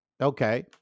Okay